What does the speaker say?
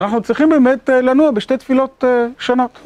אנחנו צריכים באמת לנוע בשתי תפילות שונות.